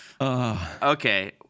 Okay